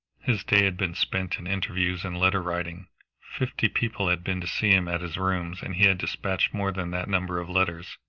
his day had been spent in interviews and letter-writing fifty people had been to see him at his rooms, and he had dispatched more than that number of letters.